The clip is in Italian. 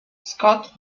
scott